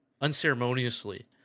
unceremoniously